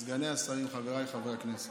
סגני השרים, חבריי חברי הכנסת,